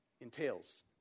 entails